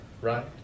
right